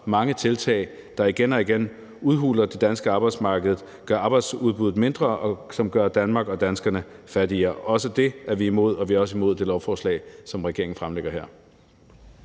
andre tiltag, der igen og igen udhuler det danske arbejdsmarked og gør arbejdsudbuddet mindre, og som gør Danmark og danskerne fattigere. Også det er vi imod, og vi er også imod det lovforslag, som regeringen fremlægger her.